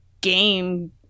game